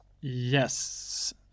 Yes